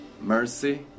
Mercy